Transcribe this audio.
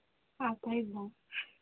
ఆ సైజ్ దా